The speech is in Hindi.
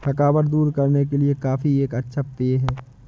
थकावट दूर करने के लिए कॉफी एक अच्छा पेय है